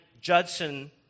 Judson